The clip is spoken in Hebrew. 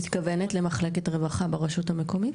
מתכוונת למחלקת רווחה ברשות המקומית?